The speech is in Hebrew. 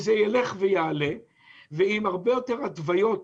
זה ילך ויעלה ועם הרבה יותר התוויות